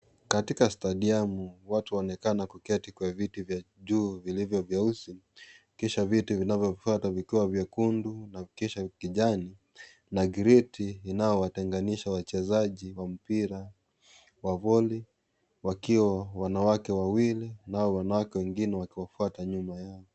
Katika stadiamu, watu wanaonekana kuketi kwa viti vya juu vilivyo vyeusi kisha viti vinavyofuata vikiwa vyekundu na kisha kijani na gridi inayotenganisha wachezaji wa mpira wa boli wakiwa wanawake wawili nao wanawake wengine wakiwafuata nyuma yao.